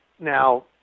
Now